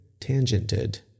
tangented